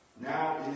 Now